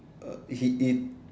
uh he he